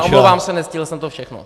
Omlouvám se, nestihl jsem to všechno.